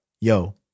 Yo